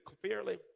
clearly